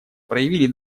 проявили